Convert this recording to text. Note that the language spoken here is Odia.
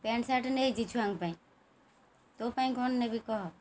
ପ୍ୟାଣ୍ଟ୍ ସାର୍ଟ୍ ନେଇଛି ଛୁଆଙ୍କ ପାଇଁ ତୋ ପାଇଁ କ'ଣ ନେବି କହ